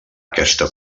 aquesta